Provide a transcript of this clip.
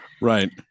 Right